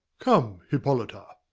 come, hippolyta.